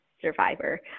survivor